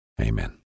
Amen